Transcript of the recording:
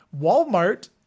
Walmart